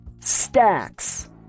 stacks